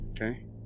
Okay